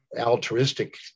altruistic